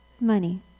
money